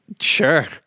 Sure